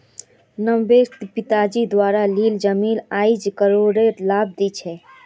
नब्बेट पिताजी द्वारा लील जमीन आईज करोडेर लाभ दी छ